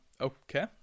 okay